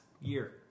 year